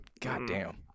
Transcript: Goddamn